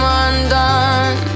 undone